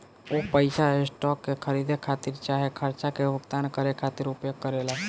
उ पइसा स्टॉक के खरीदे खातिर चाहे खर्चा के भुगतान करे खातिर उपयोग करेला